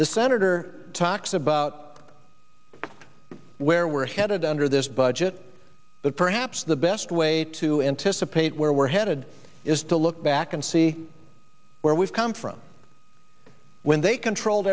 the senator talks about where we're headed under this budget that perhaps the best way to anticipate where we're headed is to look back and see where we've come from when they controlled